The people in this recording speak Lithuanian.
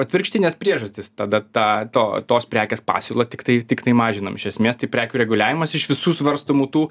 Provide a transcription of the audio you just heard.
atvirkštinės priežastis tada tą to tos prekės pasiūlą tiktai tiktai mažinam iš esmės tai prekių reguliavimas iš visų svarstomų tų